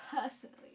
personally